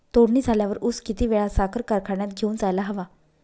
तोडणी झाल्यावर ऊस किती वेळात साखर कारखान्यात घेऊन जायला हवा?